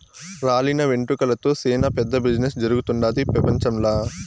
రాలిన వెంట్రుకలతో సేనా పెద్ద బిజినెస్ జరుగుతుండాది పెపంచంల